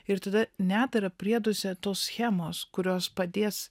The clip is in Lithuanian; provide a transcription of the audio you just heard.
ir tada net yra prieduose tos schemos kurios padės